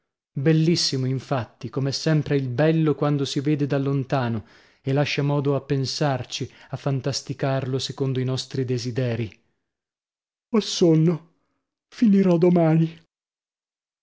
bellissimo infatti com'è sempre il bello quando si vede da lontano e lascia modo a pensarci a fantasticarlo secondo i nostri desiderii ho sonno finirò domani